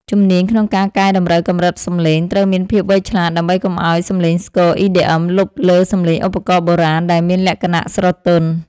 ជំនាញក្នុងការកែតម្រូវកម្រិតសំឡេង ត្រូវមានភាពវៃឆ្លាត ដើម្បីកុំឱ្យសំឡេងស្គរ EDM លុបលើសំឡេងឧបករណ៍បុរាណដែលមានលក្ខណៈស្រទន់។